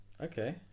okay